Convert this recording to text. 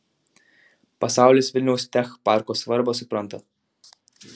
pasaulis vilniaus tech parko svarbą supranta